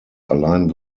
allein